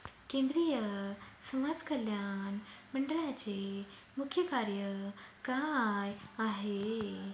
केंद्रिय समाज कल्याण मंडळाचे मुख्य कार्य काय आहे?